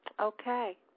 Okay